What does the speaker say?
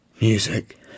Music